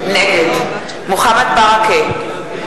נגד מוחמד ברכה,